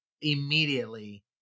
immediately